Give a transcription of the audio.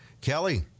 Kelly